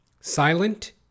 Silent